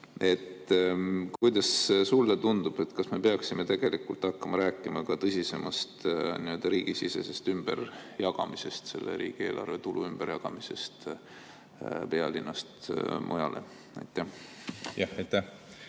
Kuidas sulle tundub, kas me peaksime hakkama rääkima ka tõsisemast riigisisesest ümberjagamisest, riigieelarve tulu ümberjagamisest pealinnast mujale? Aitäh!